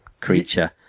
creature